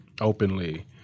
openly